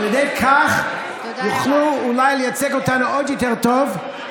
על ידי כך הם יוכלו אולי לייצג אותנו עוד יותר טוב,